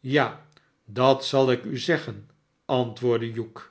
ja dat zal ik u zeggen antwoordde hugh